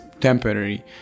temporary